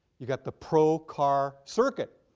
you got the pro car circuit,